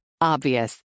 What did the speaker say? Obvious